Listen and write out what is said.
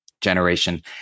generation